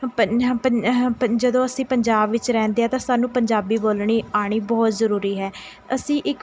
ਜਦੋਂ ਅਸੀਂ ਪੰਜਾਬ ਵਿੱਚ ਰਹਿੰਦੇ ਹਾਂ ਤਾਂ ਸਾਨੂੰ ਪੰਜਾਬੀ ਬੋਲਣੀ ਆਉਣੀ ਬਹੁਤ ਜ਼ਰੂਰੀ ਹੈ ਅਸੀਂ ਇੱਕ